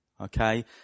Okay